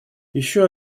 еще